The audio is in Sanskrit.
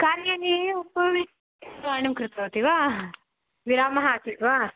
कार्याने एव उपविश्य दूरवाणीं कृतवती वा विरामः आसीत् वा